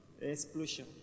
Explosion